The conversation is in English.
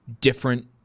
different